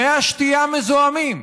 מי השתייה מזוהמים,